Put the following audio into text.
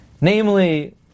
Namely